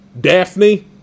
Daphne